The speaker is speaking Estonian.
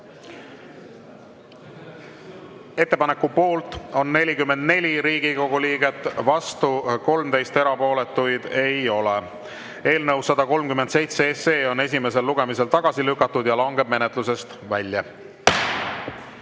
Ettepaneku poolt on 44 Riigikogu liiget, vastu 13, erapooletuid ei ole. Eelnõu 137 on esimesel lugemisel tagasi lükatud ja langeb menetlusest välja.